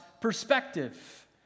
perspective